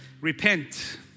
repent